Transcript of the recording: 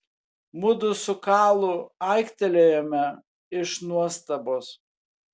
mudu su kalu aiktelėjome iš nuostabos